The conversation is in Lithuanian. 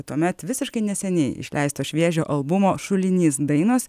tuomet visiškai neseniai išleisto šviežio albumo šulinys dainos